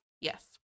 Yes